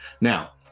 Now